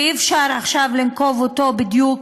שאי-אפשר עכשיו לנקוב בו במדויק,